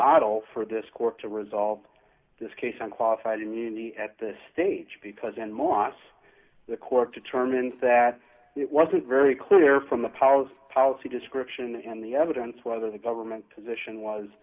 model for this court to resolve this case on qualified immunity at this stage because in moss the court determines that it wasn't very clear from the policy policy description and the evidence whether the government position was